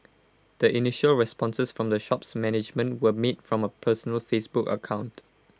the initial responses from the shop's management were made from A personal Facebook account